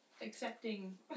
accepting